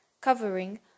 Covering